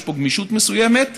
יש פה גמישות מסוימת,